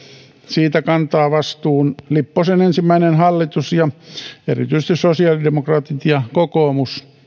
siitä kantaa vastuun lipposen ensimmäinen hallitus erityisesti sosiaalidemokraatit ja kokoomus